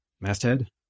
masthead